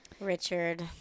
richard